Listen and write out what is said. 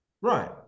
right